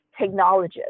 technologist